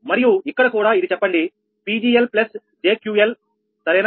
మరియు ఇక్కడ కూడా ఇది చెప్పండి 𝑃𝑔𝐿 𝑗𝑄𝑞𝐿 సరేనా